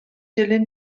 dilyn